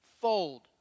fold